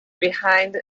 behind